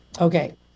Okay